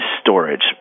storage